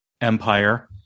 Empire